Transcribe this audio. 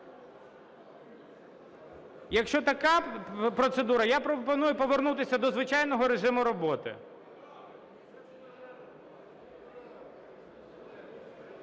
Якщо така процедура, я пропоную повернутися до звичайного режиму роботи.